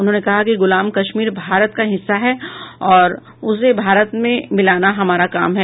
उन्होंने कहा कि गुलाम कश्मीर भारत का हिस्सा है और उसे भारत में मिलाना हमारा काम है